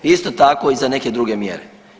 Isto tako i za neke druge mjere.